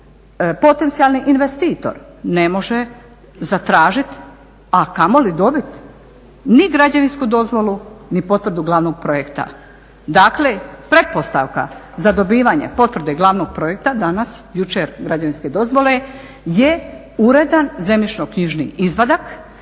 potencijali investitor ne može zatražiti, a kamoli dobiti ni građevinsku dozvolu, ni potvrdu glavnog projekta. Dakle, pretpostavka za dobivanje potvrde glavnog projekta danas, jučer građevinske dozvole je uredan zemljišno knjižni izvadak